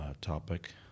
topic